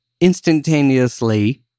instantaneously